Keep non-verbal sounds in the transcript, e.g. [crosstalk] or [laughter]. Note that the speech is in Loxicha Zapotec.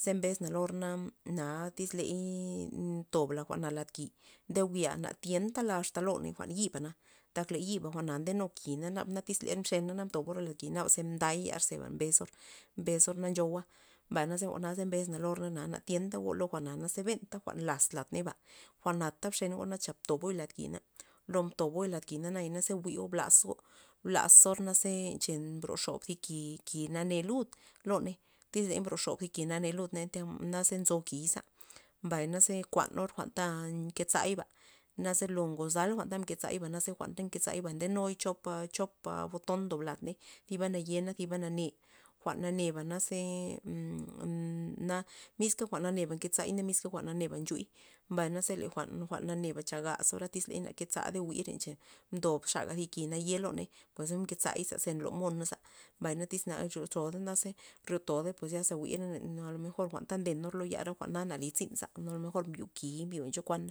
ze mbes lo or na, na tyz tey tobla jwa'na lad ki' ndo jwi' na thientala asta loney jwa'n yibana, tak le yi'ba jwa'na ndenu ki' nabata tyz mxenora naba mdobora lad ki' mday yar zeba mbes zor mbezor na ncho jwu'a mbaya na ze jwa'na mbes lo or na na tienta go lo jwa'na naze benta jwa'n laz lad ney ba jwa'na bxeno na ze toboy lad ki' na lo mtoboy lad ki'na na ze jwi' blazo naze blazor chale mbro xob thi ki'-ki- nane' lud loney tyz mbroxob ki' nane lud tya naze nzo ki'yza, mbay na ze kuanor jwa'nta nke zayba' naze ngozal jwa'n nke zay naze jwa'nta nke zay ndenuy chopa- chopa boton ndob ladney thiba naye' na thiba nane', jwa'n nane'ba ze [hesitation] mmna miska jwa'n naneba nke zay miska jwa'n naneba nchuy mbay naza le jwa'n- jwa'n nayena cha gazora tyz ley na kezarey jwi'r cha mdob xaga ki' naye' loney pues na mke zay za nlo monaza mbay na tyz na nryotoda ze ryiotodey zyaza jwi'rey a lo mejor jwa'n ta ndenor lo yarey jwa'na tzyn za a lo mejor mbyo ki'y nzo cho kuana.